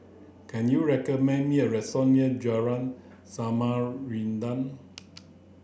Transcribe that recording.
can you recommend me a restaurant near Jalan Samarinda